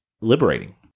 liberating